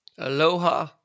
aloha